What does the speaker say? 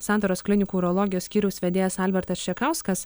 santaros klinikų urologijos skyriaus vedėjas albertas čekauskas